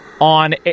on